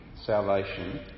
salvation